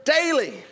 daily